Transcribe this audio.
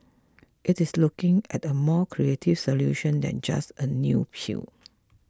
it is looking at a more creative solution than just a new pill